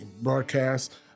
broadcast